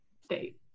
state